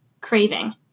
craving